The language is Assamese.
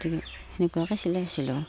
গতিকে সেনেকুৱাকৈ চিলাইছিলোঁ